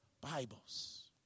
Bibles